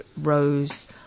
Rose